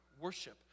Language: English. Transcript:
worship